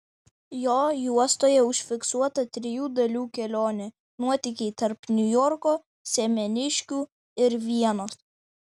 jo juostoje užfiksuota trijų dalių kelionė nuotykiai tarp niujorko semeniškių ir vienos